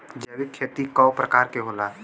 जैविक खेती कव प्रकार के होला?